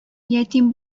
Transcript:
ятим